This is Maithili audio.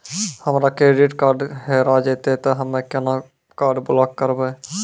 हमरो क्रेडिट कार्ड हेरा जेतै ते हम्मय केना कार्ड ब्लॉक करबै?